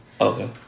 Okay